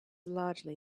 largely